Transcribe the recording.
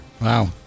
Wow